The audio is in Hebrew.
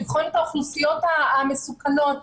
לבחון את האוכלוסיות המסוכנות,